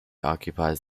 occupies